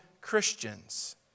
Christians